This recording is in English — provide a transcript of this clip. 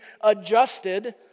adjusted